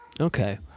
Okay